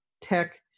tech